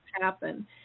happen